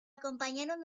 acompañaron